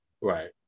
right